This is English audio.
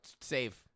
Save